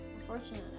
unfortunately